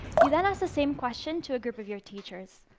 you then ask the same question to a group of your teachers.